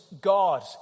God